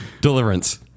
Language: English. Deliverance